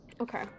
Okay